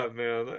man